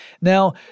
Now